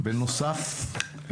בנוסף,